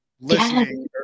listening